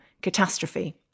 Catastrophe